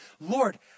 Lord